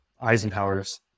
Eisenhower's